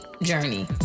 Journey